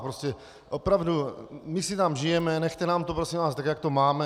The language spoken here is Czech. Prostě opravdu, my si tam žijeme, nechte nám to, prosím vás, tak jak to máme.